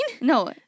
No